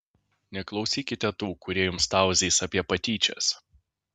neklausykite tų kurie jums tauzys apie patyčias